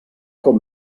cop